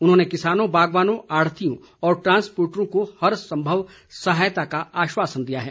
उन्होंने किसानों बागवानों आढ़तियों और ट्रांसर्पोटरों को हर संभव सहायता का आश्वासन दिया है